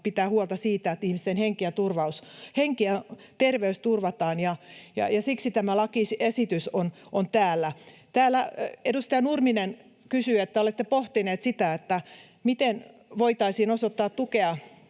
pitää huolta siitä, että ihmisten henki ja terveys turvataan, ja siksi tämä lakiesitys on täällä. Täällä edustaja Nurminen sanoi, että olette pohtineet sitä, miten voitaisiin osoittaa tukea